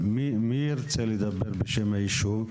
מי ירצה לדבר בשם היישוב?